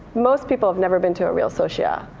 most people have never been to a real sushiya.